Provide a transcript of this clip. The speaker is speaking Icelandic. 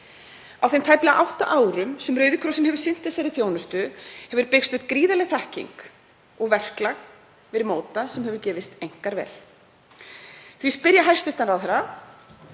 Á þeim tæplega átta árum sem Rauði krossinn hefur sinnt þessari þjónustu hefur byggst upp gríðarleg þekking og verklag verið mótað sem hefur gefist einkar vel. Því spyr ég hæstv. ráðherra: